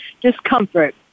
discomfort